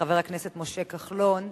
חבר הכנסת משה כחלון,